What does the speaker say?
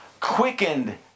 quickened